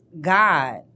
god